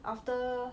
after